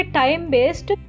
time-based